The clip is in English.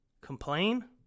complain